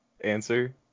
answer